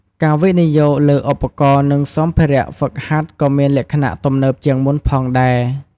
ការវិនិយោគលើឧបករណ៍ និងសម្ភារៈហ្វឹកហាត់ក៏មានលក្ខណៈទំនើបជាងមុនផងដែរ។